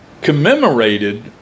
commemorated